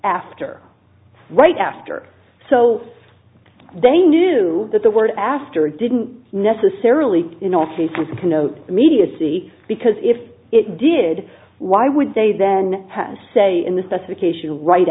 after right after so they knew that the word aster didn't necessarily in all cases connote immediacy because if it did why would they then say in the specification right